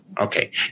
okay